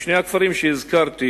בשני הכפרים שהזכרתי,